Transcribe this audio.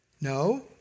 No